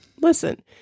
listen